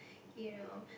you know